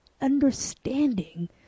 understanding